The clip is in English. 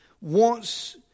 wants